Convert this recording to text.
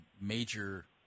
major